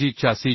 च्याcg